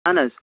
اہن حظ